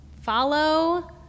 Follow